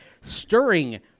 stirring